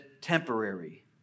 temporary